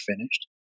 finished